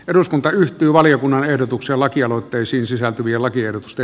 eduskunta ryhtyy valiokunnan ehdotuksen lakialoitteisiin sisältyviä lakiehdotusta